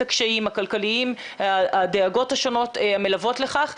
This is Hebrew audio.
הקשיים הכלכליים והדאגות השונות המלוות לכך,